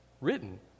written